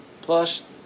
plus